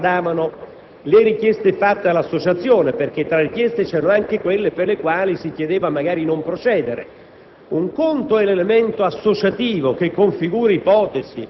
io abbia tenuto conto degli aspetti che riguardavano le richieste fatte all'Associazione, perché tra le richieste c'erano anche quelle con cui si chiedeva magari di non procedere.